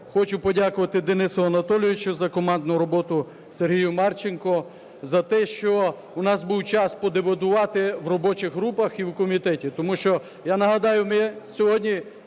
хочу подякувати Денису Анатолійовичу за командну роботу, Сергію Марченку за те, що в нас був час подебатувати в робочих групах і в комітеті. Тому що, я нагадаю, ми сьогодні